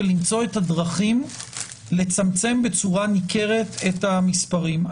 ולמצוא את הדרכים לצמצם בצורה ניכרת את המספרים.